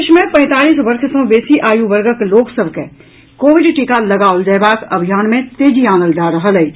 देश मे पैंतालीस वर्ष सँ बेसी आयु वर्गक लोक सभ के कोविड टीका लगाओल जयवाक अभियान मे तेजी आनल जा रहल अछि